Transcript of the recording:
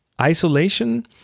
isolation